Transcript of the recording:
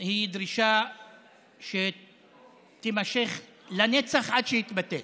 היא דרישה שתימשך לנצח, עד שיתבטל